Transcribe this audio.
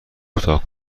کوتاه